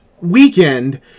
weekend